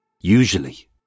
Usually